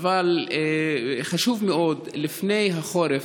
אבל זה חשוב מאוד לפני החורף.